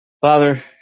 Father